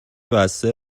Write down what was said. بسته